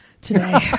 today